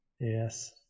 Yes